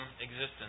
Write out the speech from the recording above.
existence